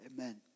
Amen